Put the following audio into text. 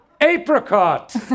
Apricot